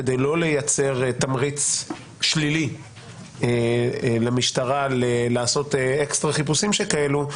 כדי לא לייצר תמריץ שלילי למשטרה לעשות אקסטרה חיפושים שכאלו,